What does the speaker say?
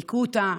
הכו אותה,